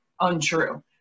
untrue